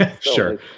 sure